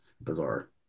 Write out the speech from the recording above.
bizarre